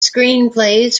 screenplays